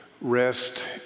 rest